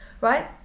right